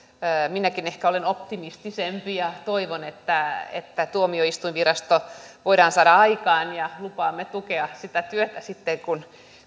minäkin ehkä olen optimistisempi ja toivon että että tuomioistuinvirasto voidaan saada aikaan ja lupaamme tukea sitä työtä sitten kun